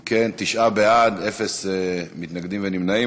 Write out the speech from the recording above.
אם כן, תשעה בעד, אפס מתנגדים ונמנעים.